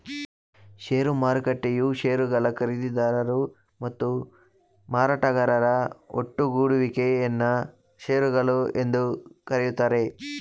ಷೇರು ಮಾರುಕಟ್ಟೆಯು ಶೇರುಗಳ ಖರೀದಿದಾರರು ಮತ್ತು ಮಾರಾಟಗಾರರ ಒಟ್ಟುಗೂಡುವಿಕೆ ಯನ್ನ ಶೇರುಗಳು ಎಂದು ಕರೆಯುತ್ತಾರೆ